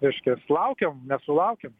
reiškias laukiam nesulaukiam